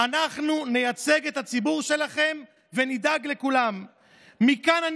אנחנו נייצג את הציבור שלכם ונדאג לכולם"; "מכאן אני